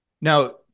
Now